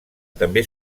també